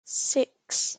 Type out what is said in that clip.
six